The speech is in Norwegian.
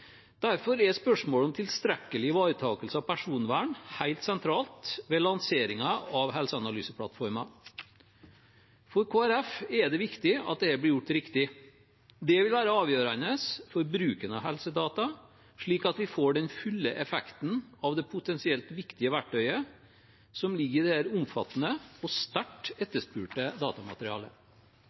Derfor er spørsmålet om tilstrekkelig ivaretakelse av personvern helt sentralt ved lanseringen av helseanalyseplattformen. For Kristelig Folkeparti er det viktig at dette blir gjort riktig. Det vil være avgjørende for bruken av helsedata, slik at vi får den fulle effekten av det potensielt viktige verktøyet som ligger i dette omfattende og sterkt etterspurte datamaterialet.